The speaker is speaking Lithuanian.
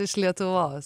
iš lietuvos